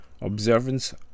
observance